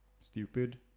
stupid